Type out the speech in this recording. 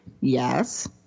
yes